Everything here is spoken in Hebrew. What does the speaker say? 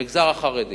המגזר החרדי